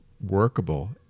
workable